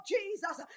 Jesus